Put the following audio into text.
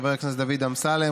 חבר הכנסת דוד אמסלם,